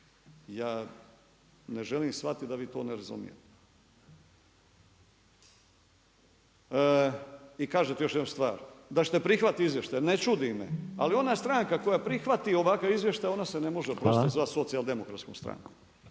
Ja ne želim shvatiti da vi to ne razumijete. I kažete još jednu stvar, da ćete prihvatiti izvještaj. Ne čudi me, ali ona stranka koja prihvati ovakav izvještaj ona se ne može oprostite zvati Socijaldemokratskom strankom.